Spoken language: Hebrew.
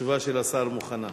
התשובה של השר מוכנה.